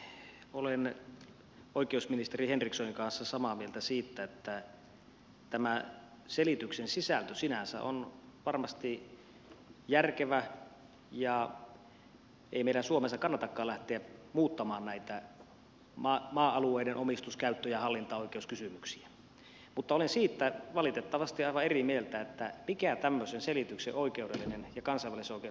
olen oikeusministeri henrikssonin kanssa samaa mieltä siitä että tämä selityksen sisältö sinänsä on varmasti järkevä ja ei meidän suomessa kannatakaan lähteä muuttamaan näitä maa alueiden omistus käyttö ja hallintaoikeuskysymyksiä mutta olen siitä valitettavasti aivan eri mieltä mikä tämmöisen selityksen oikeudellinen ja kansainvälisoikeudellinen merkitys on